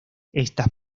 estas